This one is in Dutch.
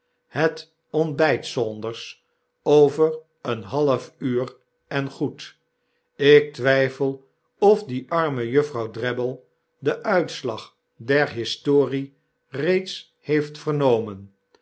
het ontbyt saunders over een half uur en goed ik twijfel of die arme juffrouw drabble den uitslag der historie reeds heeft vernomen